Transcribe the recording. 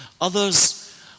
Others